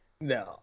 No